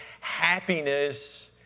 happiness